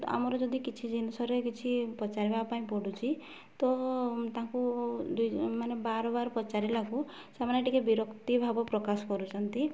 ଆମର ଯଦି କିଛି ଜିନିଷରେ କିଛି ପଚାରିବା ପାଇଁ ପଡ଼ୁଛି ତ ତାଙ୍କୁ ମାନେ ବାର ବାର ପଚାରିଲାକୁ ସେମାନେ ଟିକେ ବିରକ୍ତି ଭାବ ପ୍ରକାଶ କରୁଛନ୍ତି